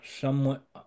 somewhat